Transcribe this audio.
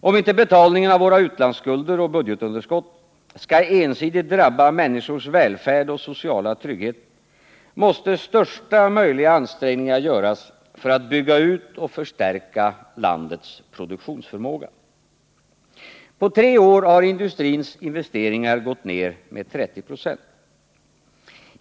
Om inte betalningen av våra utlandsskulder och budgetunderskott skall ensidigt drabba människors välfärd och sociala trygghet måste största möjliga ansträngningar göras för att bygga ut och förstärka landets produktionsförmåga. På tre år har industrins investeringar gått ned med 30 96.